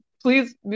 Please